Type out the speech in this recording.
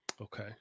Okay